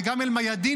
וגם אל-מיאדין,